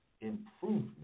improvement